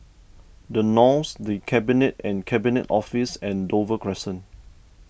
the Knolls the Cabinet and Cabinet Office and Dover Crescent